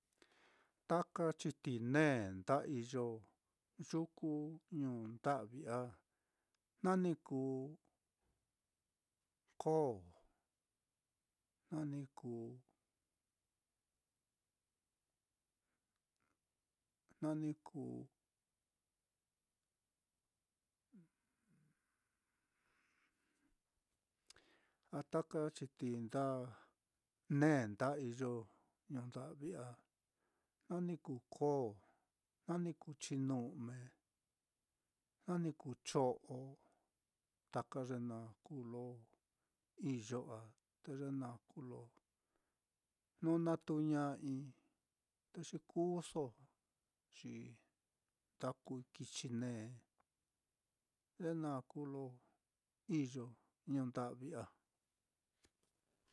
Taka chitií nēē nda iyo yuku ñuu nda'vi á, na ni kuu koo, nani kuu, na ni kuu a taka chitií nda nēē nda iyo yuku ñuu nda'vi á, na ni kuu koo na ni kuu chinu'me, na ni kuu cho'o taka ye naá kuu lo iyo á, te ye naá kuu lo jnu na tūū ña'ai, te xi kūūso, xi nda kuui kichi nēē, ye naá kuu ye lo iyo ñuu nda'vi á.